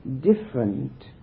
different